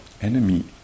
enemy